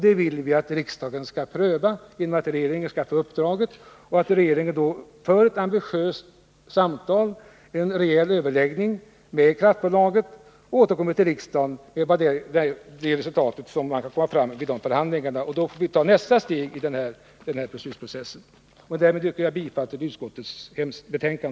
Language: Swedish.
Det vill vi att riksdagen skall pröva genom att ge regeringen i uppdrag att föra en ambitiös överläggning med kraftbolaget och återkomma till riksdagen med det resultat som man nått vid dessa förhandlingar. Då får vi ta nästa steg i denna beslutsprocess. Därmed, herr talman, yrkar jag bifall till utskottets hemställan.